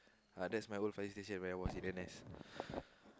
uh that's my old fire station where I was in N_S